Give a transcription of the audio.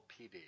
PD